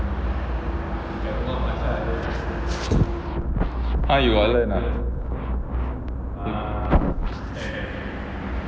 how you got learn ah